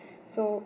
so